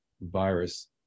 virus